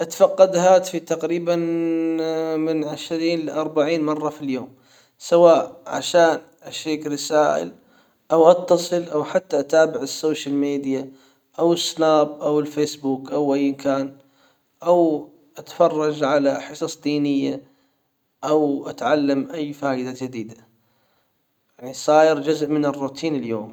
اتفقد هاتفي تقريبا من عشرين لاربعين مرة في اليوم سواء عشان اشيك رسائل او اتصل او حتى اتابع السوشيال ميديا او السناب او الفيسبوك او ايا كان. او اتفرج على حصص دينية او اتعلم اي فائدة جديدة يعني صاير جزء من الروتين اليومي.